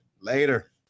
Later